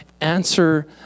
answer